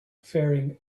faring